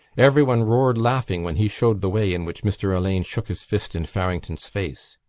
everyone roared laughing when he showed the way in which mr. alleyne shook his fist in farrington's face.